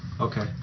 Okay